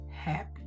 Happy